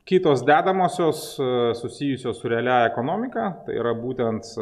kitos dedamosios susijusios su realia ekonomika tai yra būtent